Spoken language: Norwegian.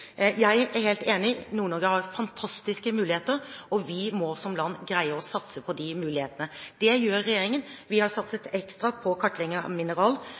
Jeg er helt enig – Nord-Norge har fantastiske muligheter, og vi må som land greie å satse på de mulighetene. Det gjør regjeringen. Vi har satset ekstra på kartlegging av mineral,